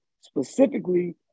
specifically